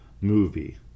movie